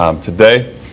Today